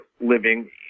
living